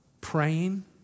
praying